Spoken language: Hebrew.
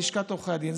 בלשכת עורכי הדין.